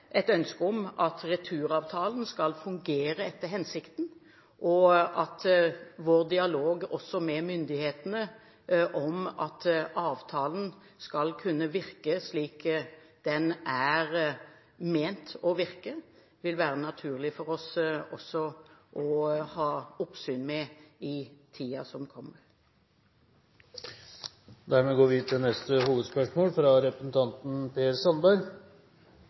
et ønske om at returavtalen skal fungere etter hensikten, og også vår dialog med myndighetene om at avtalen skal kunne virke slik den er ment å virke, vil det være naturlig for oss å ha oppsyn med i tiden som kommer. Vi går til neste hovedspørsmål.